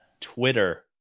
Twitter